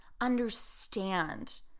understand